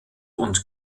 und